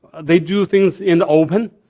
they do things in open,